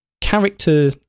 character